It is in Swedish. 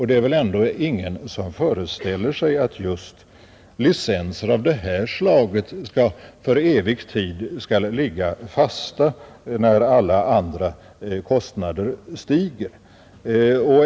Det är väl ändå ingen som föreställer sig priset på licenser av just det här slaget för evig tid skall ligga fast när alla andra kostnader stiger.